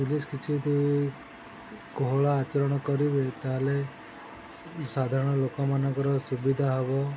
police କିଛି ଯଦି କୋହଳ ଆଚରଣ କରିବେ ତାହେଲେ ସାଧାରଣ ଲୋକମାନଙ୍କର ସୁବିଧା ହେବ